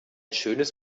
schönes